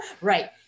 Right